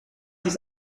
dies